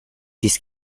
this